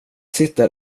sitter